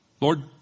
Lord